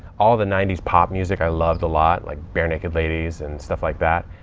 all the nineties pop music i loved a lot, like barenaked ladies and stuff like that.